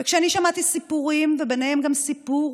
וכשאני שמעתי סיפורים, וביניהם גם סיפור